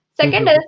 Second